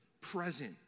present